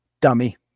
Dummy